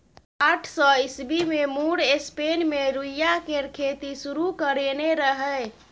आठ सय ईस्बी मे मुर स्पेन मे रुइया केर खेती शुरु करेने रहय